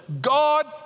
God